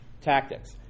tactics